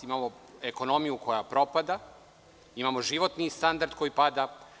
Imamo ekonomiju koja propada, imamo životni standard koji pada.